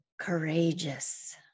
courageous